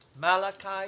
Malachi